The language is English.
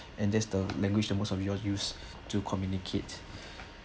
and there's the language the most of you're use to communicate